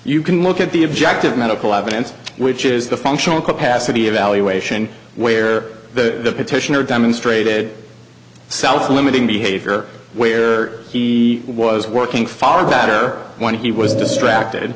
you can look at the objective medical evidence which is the functional capacity evaluation where the petitioner demonstrated self limiting behavior where he was working far better when he was distracted